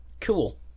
Cool